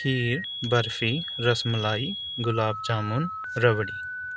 کھیر barfi rasmalai gulab jamun rabri